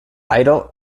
idol